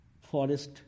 forest